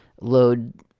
load